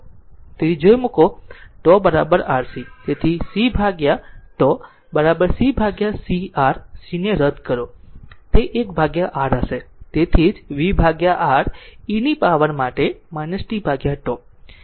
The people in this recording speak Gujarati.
તેથી જો મૂકો τ RC તેથી C ભાગ્યા τ C by CR C રદ કરો તે 1 R હશે તેથી જ v R e પાવર માટે t τ